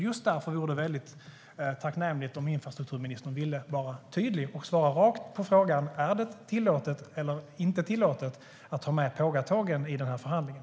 Just därför vore det tacknämligt om infrastrukturministern ville vara tydlig och svara rakt på frågan: Är det tillåtet eller inte tillåtet att ha med pågatågen i den här förhandlingen?